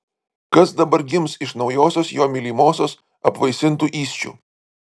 kas dabar gims iš naujosios jo mylimosios apvaisintų įsčių